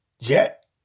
Jet